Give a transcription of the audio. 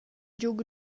giug